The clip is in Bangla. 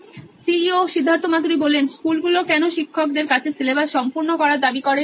Siddharth Maturi C E O নোইন ইলেকট্রনিক্স স্কুলগুলো কেনো শিক্ষকদের কাছে সিলেবাস সম্পূর্ণ করার দাবি করে